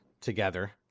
together